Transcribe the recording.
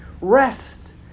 Rest